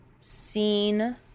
seen